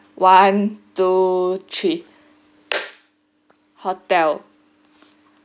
one two three hotel